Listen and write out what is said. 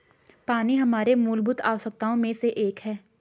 पानी हमारे मूलभूत आवश्यकताओं में से एक है